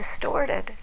distorted